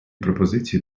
пропозиції